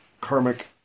karmic